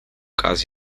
caz